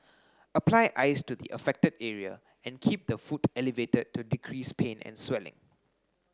apply ice to the affected area and keep the foot elevated to decrease pain and swelling